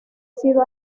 sido